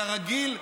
כרגיל,